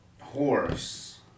Horse